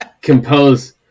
compose